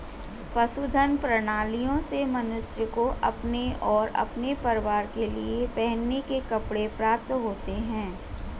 पशुधन प्रणालियों से मनुष्य को अपने और अपने परिवार के लिए पहनने के कपड़े प्राप्त होते हैं